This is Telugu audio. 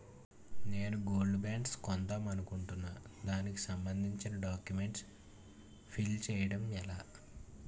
నేను గోల్డ్ బాండ్స్ కొందాం అనుకుంటున్నా దానికి సంబందించిన డాక్యుమెంట్స్ ఫిల్ చేయడం ఎలా?